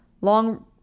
long